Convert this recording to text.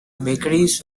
bakeries